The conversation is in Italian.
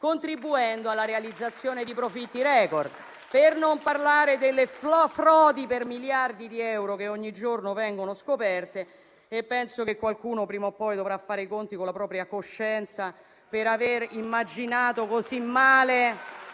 contribuendo alla realizzazione di profitti *record*. Per non parlare delle frodi per miliardi di euro che ogni giorno vengono scoperte e penso che qualcuno prima o poi dovrà fare i conti con la propria coscienza per avere immaginato così male